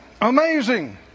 amazing